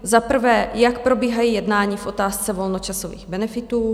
Za prvé, jak probíhají jednání v otázce volnočasových benefitů?